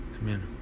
Amen